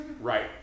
right